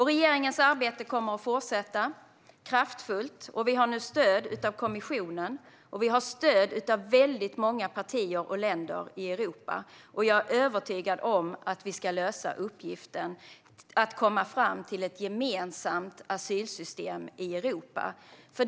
Regeringens arbete kommer att fortsätta kraftfullt, och vi har nu stöd av kommissionen och väldigt många partier och länder i Europa. Jag är övertygad om att vi kan lösa uppgiften att komma fram till ett gemensamt asylsystem i Europa.